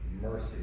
Mercy